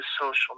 social